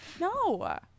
no